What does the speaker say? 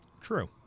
True